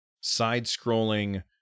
side-scrolling